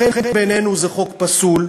לכן בעינינו זה חוק פסול,